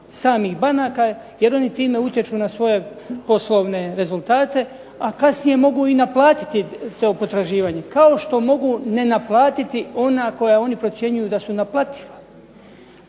samih banaka jer oni time utječu na svoje poslovne rezultate, a kasnije mogu i naplatiti to potraživanje. Kao što mogu ne naplatiti ona koja oni procjenjuju da su naplativa.